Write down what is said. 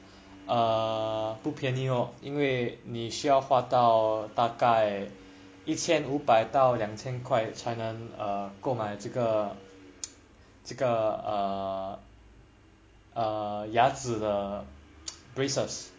err 不便宜哦因为你需要花到大概一千五百到两千块才能购买这个这个牙齿 the braces